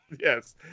Yes